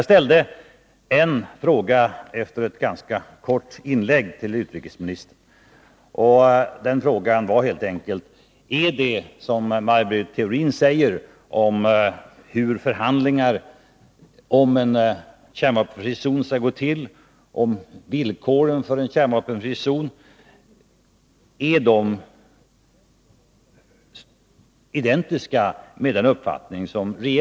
Efter ett ganska kort inlägg ställde jag en fråga till utrikesministern. Den frågan löd helt enkelt: Är det som Maj Britt Theorin säger om hur förhandlingar om en kärnvapenfri zon skall gå till och om villkoren för en kärnvapenfri zon identiskt med regeringens uppfattning?